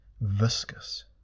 viscous